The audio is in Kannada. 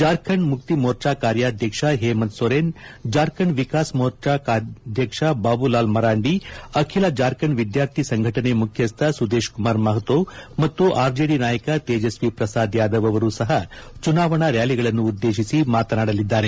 ಜಾರ್ಖಂಡ್ ಮುಕ್ತಿ ಮೋರ್ಚಾ ಕಾರ್ಕಾಧಕ್ಷ ಹೇಮಂತ್ ಸೊರೆನ್ ಜಾರ್ಖಂಡ್ ವಿಕಾಸ್ ಮೋರ್ಚಾ ಅಧ್ಯಕ್ಷ ಬಾಬುಲಾಲ್ ಮರಾಂಡಿ ಅಖಿಲ ಜಾರ್ಖಂಡ್ ವಿದ್ಚಾರ್ಥಿ ಸಂಘಟನೆ ಮುಖ್ಯಸ್ಥ ಸಂದೇಶ್ ಕುಮಾರ್ ಮಹ್ತೋ ಮತ್ತು ಆರ್ಜೆಡಿ ನಾಯಕ ತೇಜಸ್ವಿ ಪ್ರಸಾದ್ ಯಾದವ್ ಅವರು ಸಹ ಚುನಾವಣಾ ರ್ನಾಲಿಗಳನ್ನು ಉದ್ದೇಶಿಸಿ ಮಾತನಾಡಲಿದ್ದಾರೆ